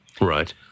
Right